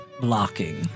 blocking